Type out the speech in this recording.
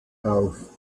auf